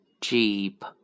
jeep